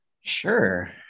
sure